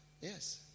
yes